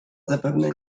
zapewne